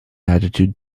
attitude